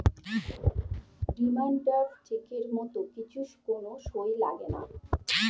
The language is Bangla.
ডিমান্ড ড্রাফট চেকের মত কিছু কোন সই লাগেনা